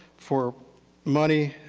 for money,